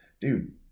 dude